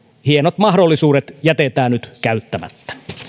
hienot mahdollisuudet jätetään nyt käyttämättä